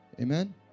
Amen